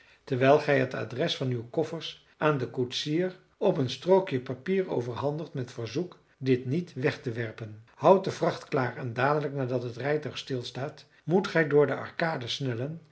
terwijl gij het adres van uw koffers aan den koetsier op een strookje papier overhandigt met verzoek dit niet weg te werpen houdt de vracht klaar en dadelijk nadat het rijtuig stilstaat moet gij door de arcade snellen